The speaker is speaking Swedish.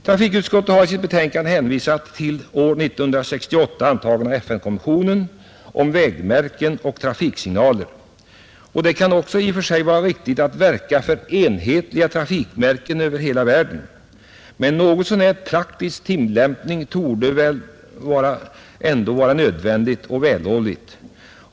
Trafikutskottet har i sitt betänkande hänvisat till den år 1968 antagna FN-konventionen om vägmärken och trafiksignaler, Det kan i och för sig vara riktigt att verka för enhetliga trafikmärken över hela världen, men en något så när praktisk tillämpning torde ändå vara nödvändig och vällovlig.